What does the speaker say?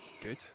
Good